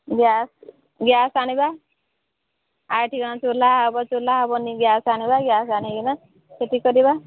gas gas ଆଣିବା ଆଉ ଏଠି କ'ଣ ଚୁଲା ହେବ ଚୁଲା ହେବନି ଗ୍ୟାସ ଆଣିବା ଗ୍ୟାସ୍ ଆଣିକିନା ସେଠି କରିବା